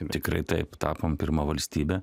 tikrai taip tapom pirma valstybe